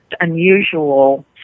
unusual